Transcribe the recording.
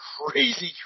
crazy